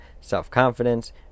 self-confidence